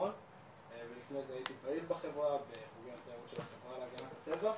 האחרון ולפני זה הייתי פעיל בחברה להגנת הטבע,